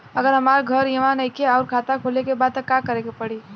अगर हमार घर इहवा नईखे आउर खाता खोले के बा त का करे के पड़ी?